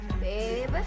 Babe